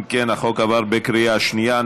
אם כן, החוק עבר בקריאה שנייה.